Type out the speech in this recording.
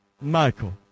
Michael